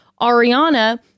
Ariana